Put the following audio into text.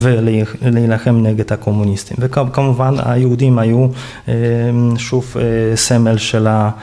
ולהילחם נגד הקומוניסטים, וכמובן היהודים היו שוב סמל של ה...